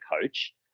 coach